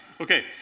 Okay